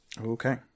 Okay